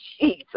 Jesus